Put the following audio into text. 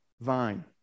vine